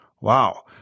Wow